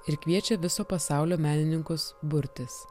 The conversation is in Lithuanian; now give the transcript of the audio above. ir kviečia viso pasaulio menininkus burtis